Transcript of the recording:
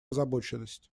озабоченность